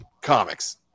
comics